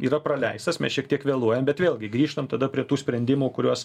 yra praleistas mes šiek tiek vėluojam bet vėlgi grįžtant tada prie tų sprendimų kuriuos